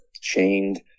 chained